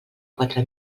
quatre